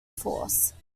force